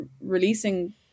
releasing